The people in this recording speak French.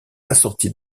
assorti